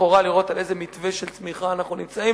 לכאורה לראות על איזה מתווה של צמיחה אנחנו נמצאים.